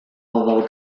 del